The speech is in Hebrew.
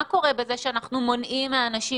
מה קורה אם אנחנו מונעים מאנשים